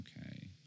Okay